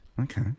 Okay